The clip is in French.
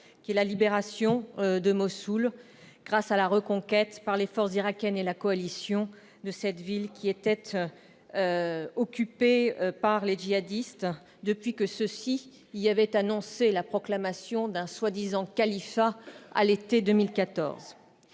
: la libération de Mossoul, grâce à la reconquête, par les forces irakiennes et celles de la coalition, de cette ville qui était occupée par les djihadistes depuis que ceux-ci y avaient annoncé la proclamation d'un prétendu khalifat à l'été 2014.